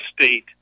state